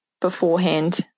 beforehand